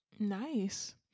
nice